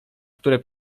które